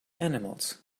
animals